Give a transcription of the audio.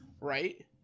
right